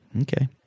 Okay